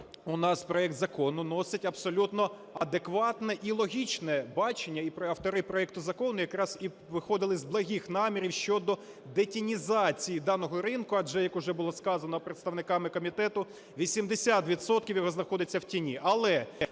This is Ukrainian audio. У нас проект закону носить абсолютно адекватне і логічне бачення, і автори проекту закону якраз і виходили з благих намірів щодо детінізації даного ринку адже, як уже було сказано представниками комітету, 80 відсотків його знаходиться в тіні.